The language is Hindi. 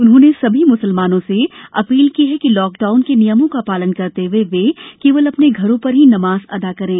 उन्होंने सभी म्सलमानों से अपील की है कि लॉकडाउन के नियमों का पालन करते हुए वे केवल अपने घर पर ही नमाज़ अदा करें